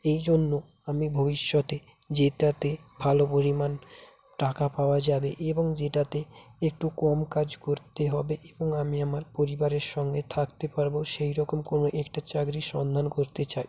এই জন্য আমি ভবিষ্যতে যেটাতে ভালো পরিমাণ টাকা পাওয়া যাবে এবং যেটাতে একটু কম কাজ করতে হবে এবং আমি আমার পরিবারের সঙ্গে থাকতে পারবো সেই রকম কোনো একটা চাকরির সন্ধান করতে চাই